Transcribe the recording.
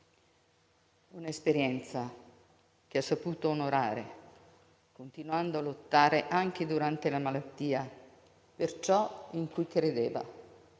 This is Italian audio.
un'esperienza che ha saputo onorare, continuando a lottare anche durante la malattia per ciò in cui credeva,